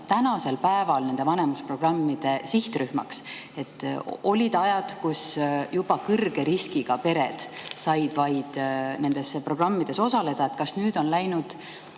tänasel päeval nende vanemlusprogrammide sihtrühm. Olid ajad, kui vaid kõrge riskiga pered said nendes programmides osaleda. Kas nüüd on läinud